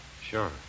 Sure